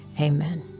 amen